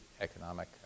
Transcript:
economic